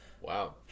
Wow